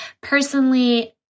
Personally